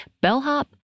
bellhop